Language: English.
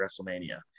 WrestleMania